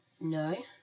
No